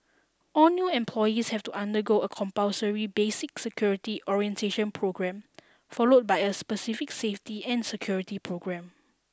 all new employees have to undergo a compulsory basic security orientation programme followed by a specific safety and security programme